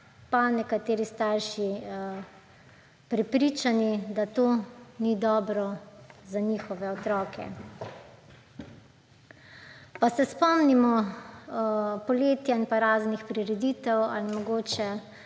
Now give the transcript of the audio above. so nekateri starši prepričani, da to ni dobro za njihove otroke. Pa se spomnimo poletja in pa raznih prireditev ali pa